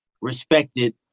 respected